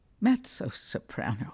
mezzo-soprano